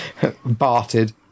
Barted